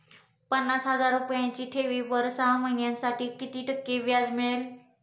पन्नास हजार रुपयांच्या ठेवीवर सहा महिन्यांसाठी किती टक्के व्याज मिळेल?